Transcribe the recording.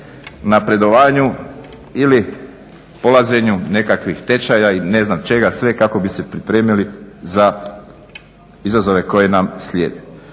napredovanju ili polaženju nekakvih tečaja ili ne znam čega sve kako bi se pripremili za izazove koji nam slijede.